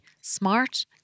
smart